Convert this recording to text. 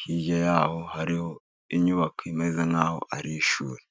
hirya y'aho hariho inyubako imeze nk'aho ari ishuri.